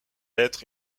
être